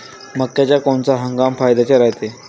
मक्क्यासाठी कोनचा हंगाम फायद्याचा रायते?